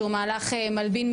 שהוא מהלך מלבין,